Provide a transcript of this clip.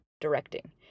directing